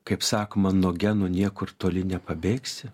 kaip sakoma nuo genų niekur toli nepabėgsi